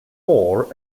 thor